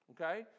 Okay